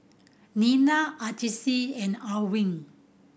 Nilda Ardyce and Alwine